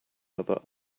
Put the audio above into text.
other